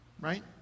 right